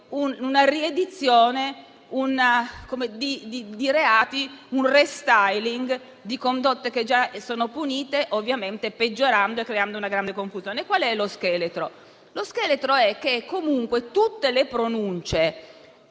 una riedizione di reati, un *restyling* di condotte già punite, ovviamente peggiorando e creando una grande confusione. Qual è lo scheletro? Lo scheletro è che comunque tutte le pronunce,